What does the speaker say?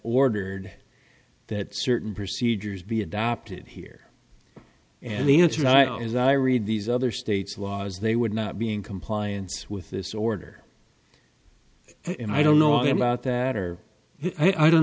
ordered that certain procedures be adopted here and the answer as i read these other states laws they would not be in compliance with this order and i don't know about that or i don't